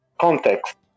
context